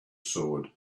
sword